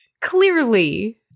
Clearly